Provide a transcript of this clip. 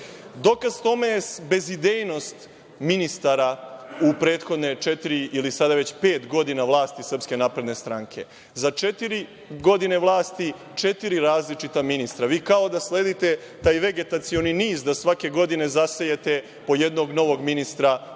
Dokaz tome je bezidejnost ministara u prethodne četiri, ili sada već pet godina vlasti SNS-a. Za četiri godine vlasti, četiri različita ministra. Vi kao da sledite taj vegetacioni niz da svake godine zasejete po jednog novog ministra